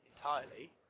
Entirely